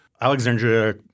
Alexandria